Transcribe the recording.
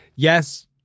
Yes